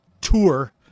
tour